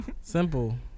Simple